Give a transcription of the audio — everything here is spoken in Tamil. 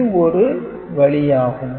இது ஒரு வழி ஆகும்